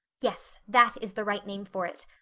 yes, that is the right name for it.